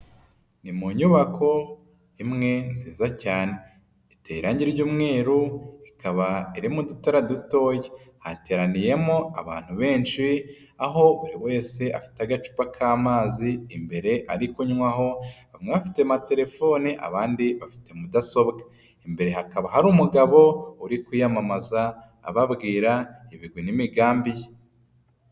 Ni mu nyubako imwe nziza cyane, iteye irangi ry'umweru ikaba irimo udutara dutoya, hateraniyemo abantu benshi aho buri wese afite agacupa k'amazi imbere ari kunywaho, bamwe bafite amatelefone abandi bafite mudasobwa, imbere hakaba hari umugabo uri kwiyamamaza ababwira ibigwi n'imigambi ye.